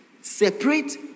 separate